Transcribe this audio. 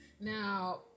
Now